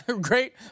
great